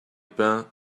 peint